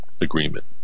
agreement